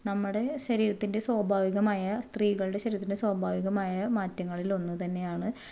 നമ്മുടെ ശരീരത്തിൻ്റെ സ്വാഭാവികമായ സ്ത്രീകളുടെ ശരീരത്തിന് സ്വാഭാവികമായ മാറ്റങ്ങളിൽ ഒന്നു തന്നെയാണ്